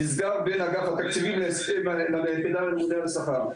נסגר בין אגף התקציבים ליחידה להסכמי שכר.